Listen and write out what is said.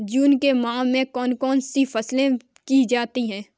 जून के माह में कौन कौन सी फसलें की जाती हैं?